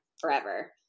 forever